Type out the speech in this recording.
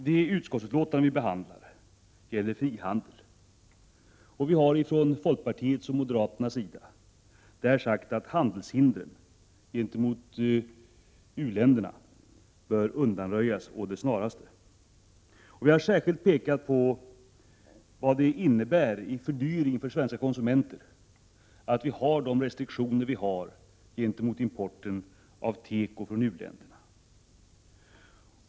Det utskottsbetänkande vi behandlar gäller frihandel, och vi har från moderater och folkpartister sagt att handelshindren gentemot u-länderna bör undanröjas å det snaraste. Vi har särskilt framhållit vad det innebär i fördyring för svenska konsumenter att vi har de restriktioner vi har för importen av teko från u-länderna.